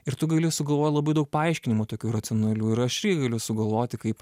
ir tu gali sugalvot labai daug paaiškinimų tokių racionalių ir aš irgi galiu sugalvoti kaip